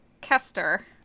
kester